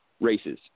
races